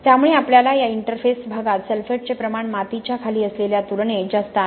त्यामुळे आपल्याला या इंटरफेस प्रदेशात सल्फेटचे प्रमाण मातीच्या खाली असलेल्या तुलनेत जास्त आहे